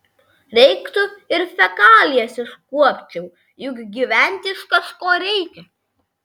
reiktų ir fekalijas iškuopčiau juk gyventi iš kažko reikia